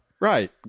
Right